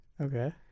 Okay